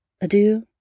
Adieu